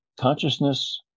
consciousness